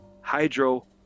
hydro